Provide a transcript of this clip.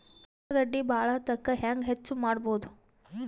ಉಳ್ಳಾಗಡ್ಡಿ ಬಾಳಥಕಾ ಹೆಂಗ ಹೆಚ್ಚು ಮಾಡಬಹುದು?